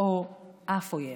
או אף אויב,